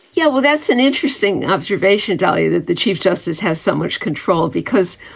yeah, well, that's an interesting observation value that the chief justice has so much control, because,